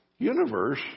universe